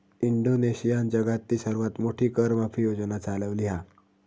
इंडोनेशियानं जगातली सर्वात मोठी कर माफी योजना चालवली हा